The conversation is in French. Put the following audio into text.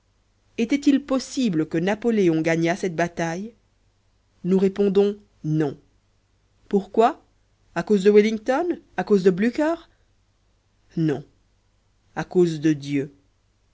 était-il possible que napoléon gagnât cette bataille nous répondons non pourquoi à cause de wellington à cause de blücher non à cause de dieu